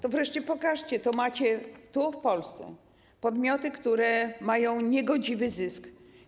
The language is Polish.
To wreszcie pokażcie tu, w Polsce, podmioty, które mają niegodziwy zysk.